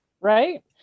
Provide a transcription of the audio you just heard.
Right